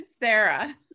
Sarah